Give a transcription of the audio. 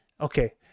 okay